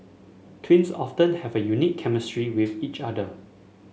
twins often have a unique chemistry with each other